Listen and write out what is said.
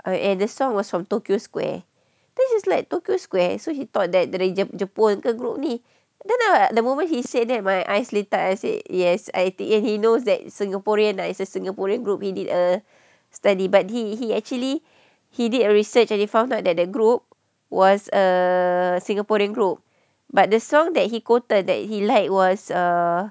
I and the song was from tokyo square then she's like tokyo square so he thought that dia dari jepun ke group ni then I at the moment he said that my eyes lit up I said yes he and I think he knows that singaporean lah it's a singaporean group he did a study but he he actually he did a research and he found out that the group was a singaporean group but the song that he quoted that he liked was uh